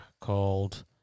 called